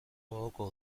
gogoko